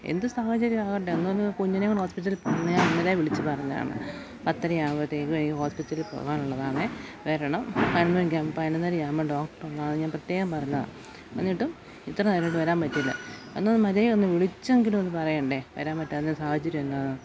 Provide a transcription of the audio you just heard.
എന്തു സാഹചര്യം ആകട്ടെ എന്തോന്ന് കുഞ്ഞിനേയുംകൊണ്ട് ഹോസ്പിറ്റലിൽപോവണമെന്ന് ഞാൻ ഇന്നലെയേ വിളിച്ചുപറഞ്ഞതാണ് പത്തരയാവട്ടെ ഹോസ്പ്പിറ്റലിൽ പോവാനുള്ളതാണേ വരണം പതിനൊന്നുമണിക്ക് പതിനൊന്നരയാകുമ്പോള് ഡോക്ടറുള്ളതാണ് ഞാൻ പ്രത്യേകം പറഞ്ഞതാണ് എന്നിട്ടും ഇത്രനേരമായിട്ടും വരാന് പറ്റിയില്ല എന്നാല് ഒന്ന് മര്യാദയ്ക്കൊന്ന് വിളിച്ചെങ്കിലുമൊന്ന് പറയണ്ടേ വരാൻ പറ്റാത്ത സാഹചര്യം എന്താണെന്ന്